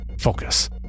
Focus